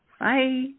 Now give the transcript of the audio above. Bye